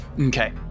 Okay